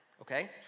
okay